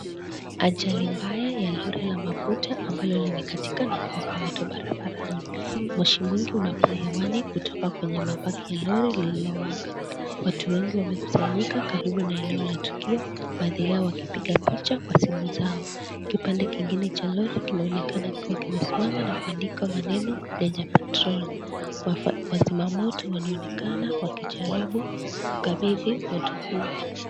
Ajali mbaya ya lori la mafuta ambalo limeatika a kuwaka moto barabarani. Moshi mwingi unapaa hewani kutoka kwenye mabaki ya lori lililowaka. Watu wengi wamekusanyika karibu na eneo la tukio baadhi yao wakipiga picha kwa simu zao. Kipande kingine cha lori kinaonekana kuwa kimesimamana kuandika maneno lenye patrol . Wazima moto wanaonekana wakijaribu kuukabidhi moto huo.